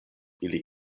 ili